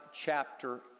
chapter